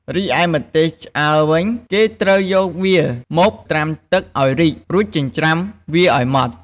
រីឯម្ទេសឆ្អើរវិញ គេត្រូវយកវាមកត្រាំទឹកឱ្យរីក រួចចិញ្ច្រាំវាឱ្យម៉ដ្ឋ។